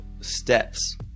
steps